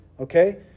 Okay